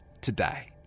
today